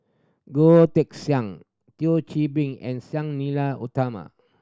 Goh Teck Sian Thio Chan Bee and Sang Nila Utama